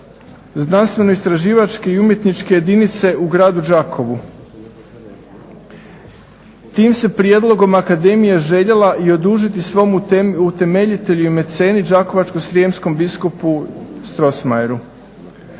znanstveno-istraživačke i umjetničke jedinice u gradu Đakovu. Tim se prijedlogom akademija željela i odužiti svom utemeljitelji i meceni đakovačko-srijemskom biskupu Strossmayeru.